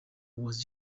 was